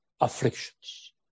afflictions